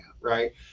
right